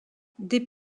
des